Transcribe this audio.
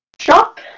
Shop